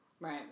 right